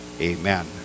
Amen